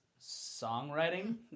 songwriting